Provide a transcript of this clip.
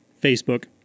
Facebook